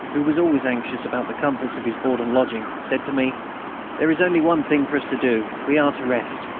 who was always anxious about the comforts of his board and lodging, said to me there is only one thing for us to do. we are to rest.